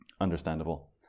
understandable